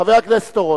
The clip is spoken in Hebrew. חבר הכנסת אורון,